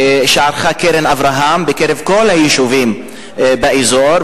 שערכה "קרן אברהם" בקרב כל היישובים באזור,